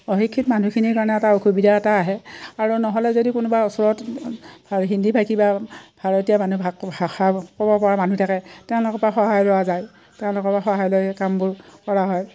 অশিক্ষিত মানুহখিনিৰ কাৰণে এটা অসুবিধা এটা আহে আৰু নহ'লে যদি কোনোবা ওচৰত হিন্দী ভাষী বা ভাৰতীয় মানুহ ভা ভাষা ক'ব পৰা মানুহ থাকে তেওঁলোকৰ পৰা সহায় লোৱা যায় তেওঁলোকৰ পৰা সহায় লৈ কামবোৰ কৰা হয়